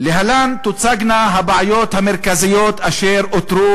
"להלן תוצגנה הבעיות המרכזיות אשר אותרו